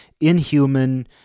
inhuman